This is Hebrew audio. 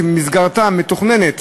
שבמסגרתה מתוכננות